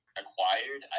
acquired